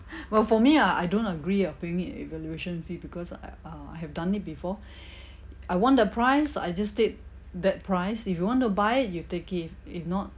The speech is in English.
well for me I I don't agree of paying it evaluation fee because I uh I have done it before I want the price I just state that price if you want to buy it you take it if if not